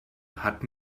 hat